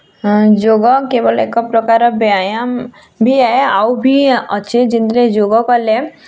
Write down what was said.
ହଁ ଯୋଗ କେବଳ ଏକ ପ୍ରକାର ବ୍ୟାୟାମ୍ ବ୍ୟାୟାମ୍ ଭି ଆହୁ ଭିଁ ଅଛେ ଯୋଗ କଲେ